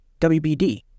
WBD